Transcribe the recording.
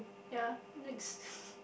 ya next